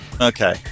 Okay